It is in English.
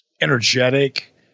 energetic